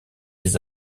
des